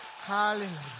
Hallelujah